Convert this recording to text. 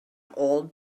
old